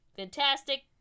Fantastic